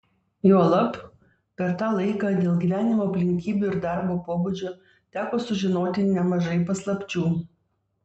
juolab per tą laiką dėl gyvenimo aplinkybių ir darbo pobūdžio teko sužinoti nemažai paslapčių